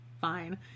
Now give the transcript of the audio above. fine